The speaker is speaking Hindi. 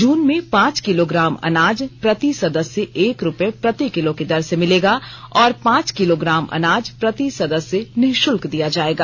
जुन में पांच किलोग्राम अनाज प्रति सदस्य एक रूपये प्रति किलो की दर से मिलेगा और पांच किलोग्राम अनाज प्रति सदस्य निषुल्क दिया जायेगा